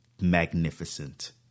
magnificent